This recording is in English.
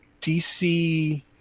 DC